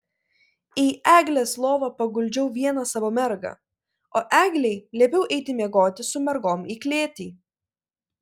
į eglės lovą paguldžiau vieną savo mergą o eglei liepiau eiti miegoti su mergom į klėtį